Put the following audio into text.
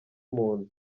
muntu